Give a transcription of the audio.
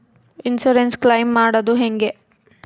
Insurance claim ಮಾಡದು ಹೆಂಗೆ?